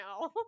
no